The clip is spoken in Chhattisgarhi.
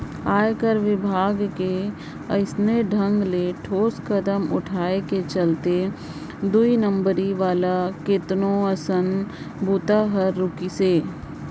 आयकर विभाग के अइसने ढंग ले ठोस कदम उठाय के चलते दुई नंबरी वाला केतनो अकन बूता हर रूकिसे